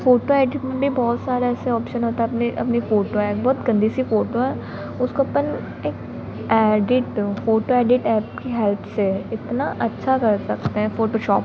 photo edit में भी बहुत सारे ऐसे ऑप्शन होता है अपने अपनी फ़ोटो हैं बहुत गंदी सी फ़ोटो हैं उसको अपन एक ऐडिट फ़ोटो एडिट ऐप की हेल्प से इतना अच्छा कर सकते हैं फ़ोटोशॉप